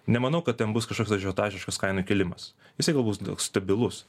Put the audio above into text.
nemanau kad ten bus kažkoks ažiotažiškas kainų kėlimas jisai gal bus toks stabilus